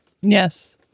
Yes